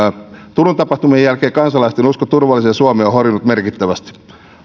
turun tapahtumien jälkeen kansalaisten usko turvalliseen suomeen on horjunut merkittävästi